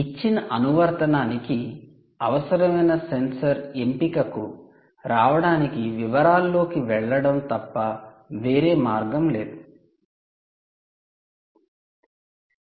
ఇచ్చిన అనువర్తనానికి అవసరమైన సెన్సార్ ఎంపికకు రావడానికి వివరాల్లోకి వెళ్లడం తప్ప వేరే మార్గం లేదు